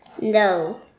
No